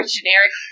generic